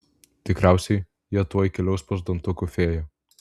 tikriausiai jie tuoj keliaus pas dantukų fėją